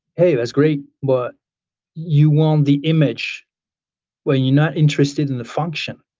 hey, that's great, but you want the image when you're not interested in the function.